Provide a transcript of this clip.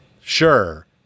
sure